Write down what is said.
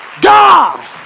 God